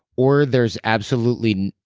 or there's absolutely.